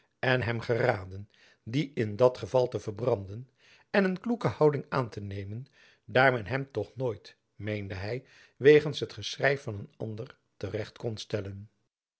en hem geraden die in dat geval te verbranden en een kloeke houding aan te nemen daar men hem toch nooit meende hy wegens het geschrijf van een ander te recht kon stellen